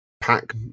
pack